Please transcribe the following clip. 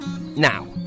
Now